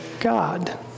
God